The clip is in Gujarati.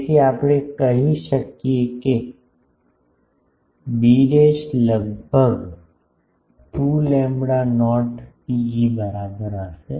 તેથી આપણે કહી શકીએ કે b લગભગ 2 લેમ્બડા નોટ ρe બરાબર હશે